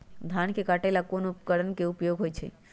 धान के काटे का ला कोंन उपकरण के उपयोग होइ छइ?